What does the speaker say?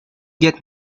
get